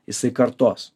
jisai kartos